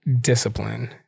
discipline